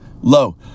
low